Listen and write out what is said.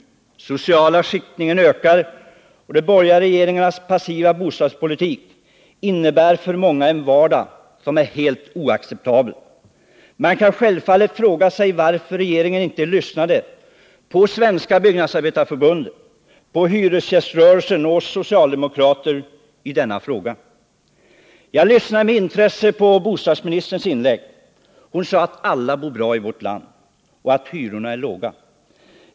Den sociala skiktningen ökar, och de borgerliga regeringarnas passiva bostadspolitik innebär för många en vardag som är helt oacceptabel. Man kan självfallet fråga sig varför regeringen inte lyssnade på Svenska byggnadsarbetareförbundet, på hyresgäströrelsen och på oss socialdemokrater i denna fråga. Jag lyssande med intresse till bostadsministerns inlägg. Hon sade att alla bor bra i vårt land och att hyrorna är låga.